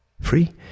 Free